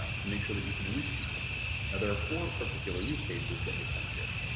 to make sure that you can reach people. now there are four particular use cases that make sense here.